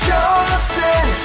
Johnson